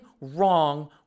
wrong